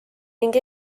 ning